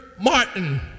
Martin